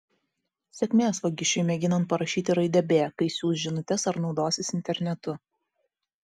sėkmės vagišiui mėginant parašyti raidę b kai siųs žinutes ar naudosis internetu